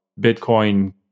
Bitcoin